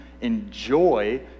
enjoy